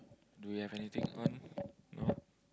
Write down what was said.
do we have anything on no